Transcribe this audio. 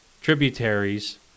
tributaries